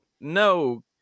no